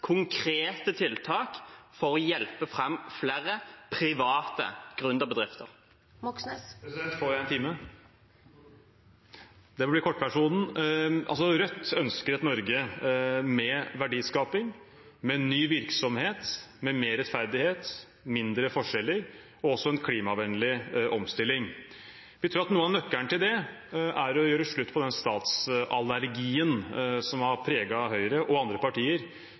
konkrete tiltak for å hjelpe fram flere private gründerbedrifter? President, får jeg en time? – Det må bli kortversjonen. Rødt ønsker et Norge med verdiskaping, med ny virksomhet, med mer rettferdighet, mindre forskjeller og også en klimavennlig omstilling. Vi tror at noe av nøkkelen til det er å gjøre slutt på den statsallergien som har preget Høyre og andre partier